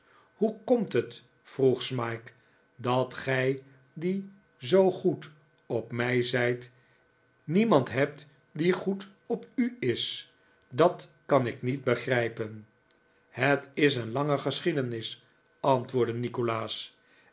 hoe komt het vroeg smike dat gij die zoo goed op m ij zijt niemand hebt die goed op u is dat kan ik niet begrijpen het is een lange geschiedenis antwoordde nikolaas